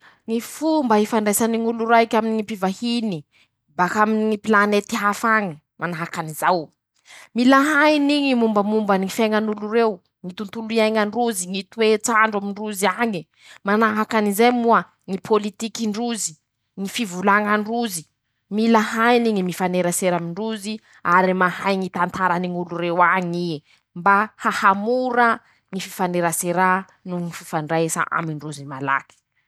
Ñy fomba hifandraisany ñ'olo raiky aminy ñy pivahiny ,bakaminy ñy pilanety hafa añy ,manahaky anizao: -Mila hainy ñy mombamombany ñy fiaiñan'olo reo, ñy tontolo iaiñan-drozy ,ñy toets'andro amindrozy añe. -Manahaky anizay moa ñy pôlitikin-drozy ,ñy fivolañan-drozy. -Mila hainy ñy mifanerasera amin-drozy ary mahay ñy tantarany ñ'olo reo añy ie ,mba hahamora ñy fifaneraserà noho ñy fifandraisa amin-drozy malaky.